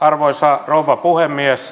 arvoisa rouva puhemies